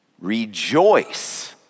rejoice